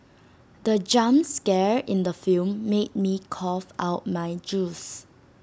the jump scare in the film made me cough out my juice